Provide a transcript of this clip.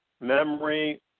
memory